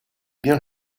bien